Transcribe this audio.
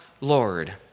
Lord